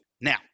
Now